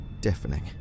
deafening